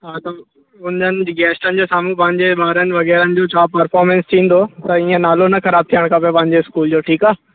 हा त उन्हनि गैस्टनि जे साम्हूं पंहिंजे ॿारनि वग़ैरहनि जो छा परफॉर्मेंस थींदो त ईअं नालो न ख़राब थियणु खपे पंहिंजे इस्कूल जो ठीकु आहे